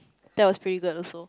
that was pretty good also